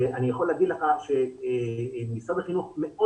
אני יכול להגיד לך שמשרד החינוך מאוד